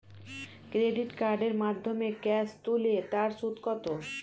Credit কার্ডের মাধ্যমে cash তুলে তার সুদ কত?